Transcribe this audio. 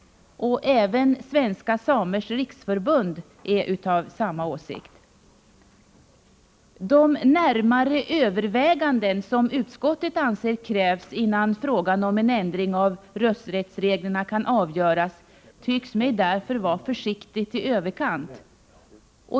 Även Svenska samers riksförbund är av samma åsikt. Utskottets uttalande att närmare överväganden krävs innan frågan om en ändring av rösträttsreglerna kan avgöras tycks mig därför vara försiktigt i överkant.